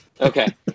Okay